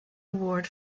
award